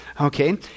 Okay